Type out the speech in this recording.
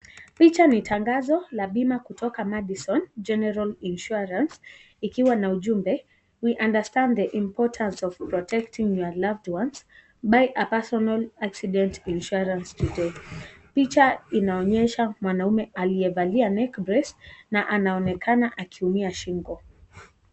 Picha ni tangazo la bima kutoka MADISON GENERAL INSURANCE, ikiwa na ujumbe (CS)we understand the importance of protecting your loved ones, buy a personal accident insurance today(CS). Picha inaonyesha mwanaume aliyevalia (CS)neck vest(CS )ma anaonekana akiumia shingo.